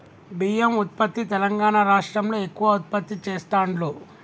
బియ్యం ఉత్పత్తి తెలంగాణా రాష్ట్రం లో ఎక్కువ ఉత్పత్తి చెస్తాండ్లు